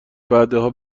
بعدها